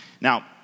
Now